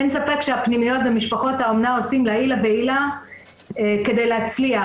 אין ספק שהפנימיות ומשפחות האומנה עושים לעילא ולעילא כדי להצליח.